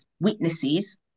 witnesses